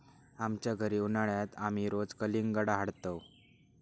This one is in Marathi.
आमच्या घरी उन्हाळयात आमी रोज कलिंगडा हाडतंव